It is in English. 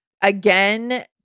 again